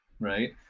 Right